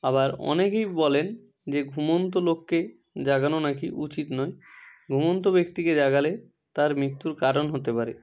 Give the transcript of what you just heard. আবার অনেকেই বলেন যে ঘুমন্ত লোককে জাগানো নাকি উচিত নয় ঘুমন্ত ব্যক্তিকে জাগালে তার মৃত্যুর কারণ হতে পারে